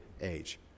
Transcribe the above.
age